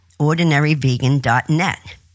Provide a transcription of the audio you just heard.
OrdinaryVegan.net